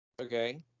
Okay